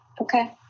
okay